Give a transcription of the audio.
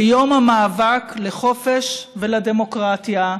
ביום המאבק לחופש ולדמוקרטיה,